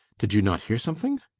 did you not hear something?